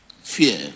Fear